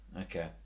okay